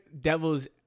devil's